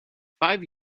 five